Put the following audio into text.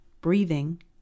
breathing